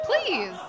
Please